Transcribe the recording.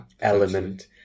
element